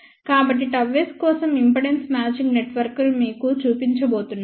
కాబట్టిΓS కోసం impedance matching నెట్వర్క్ను మీకు చూపించబోతున్నాను